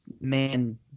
man